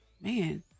man